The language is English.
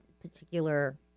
particular